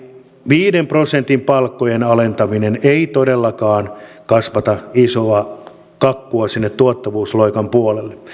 viiden prosentin palkkojen alentaminen ei todellakaan kasvata isoa kakkua sinne tuottavuusloikan puolelle